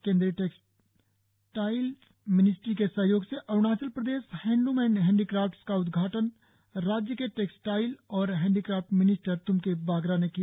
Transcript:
केंद्रीय textiles ministry के सहयोग से Arunachal Pradesh handloom and handicrafts का उद्घाटन राज्य के टेक्सटाइल और हैंडिक्राफ्ट मिनिस्टर त्म्के बागरा ने किया